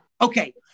Okay